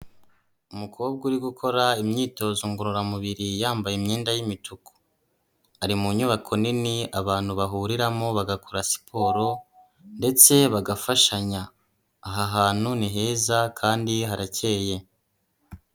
Umukobwa uri gukora imyitozo ngororamubiri yambaye imyenda y'imituku, ari mu nyubako nini abantu bahuriramo bagakora siporo ndetse bagafashanya, aha hantu ni heza kandi harakeye.